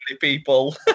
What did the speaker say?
people